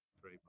Three